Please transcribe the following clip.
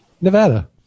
nevada